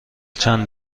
چند